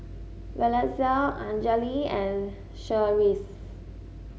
Valencia Anjali and Cherise